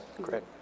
Great